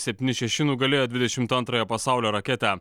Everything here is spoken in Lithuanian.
septyni šeši nugalėjo dvidešimt antrąją pasaulio raketę